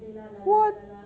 what